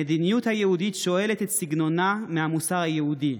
המדיניות היהודית שואלת את סגנונה מהמוסר היהודי,